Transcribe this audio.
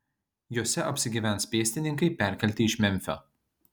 jose apsigyvens pėstininkai perkelti iš memfio